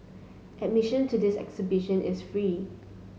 admission to this exhibition is free